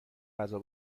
غذا